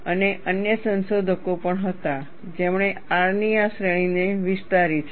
અને અન્ય સંશોધકો પણ હતા જેમણે R ની આ શ્રેણીને વિસ્તારી છે